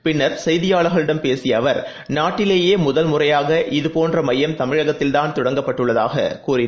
பின்னர் செய்தியாளர்களிடம் பேசியஅவர் நாட்டிலேயேமுதல் முறையாக இதபோன்றமையம் தமிழகத்தில்தான் தொடங்கப்பட்டுள்ளதாகக் கூறினார்